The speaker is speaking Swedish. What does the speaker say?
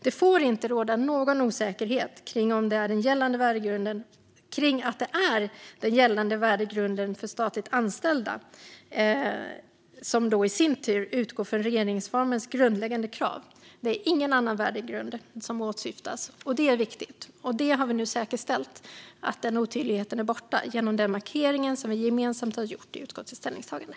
Det får inte råda någon osäkerhet kring att det är den gällande värdegrunden för statligt anställda, som i sin tur utgår från regeringsformens grundläggande krav, som åsyftas och ingen annan värdegrund. Detta är viktigt, och vi har nu säkerställt att den osäkerheten är borta genom den markering som vi gemensamt har gjort i utskottets ställningstagande.